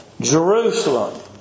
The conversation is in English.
Jerusalem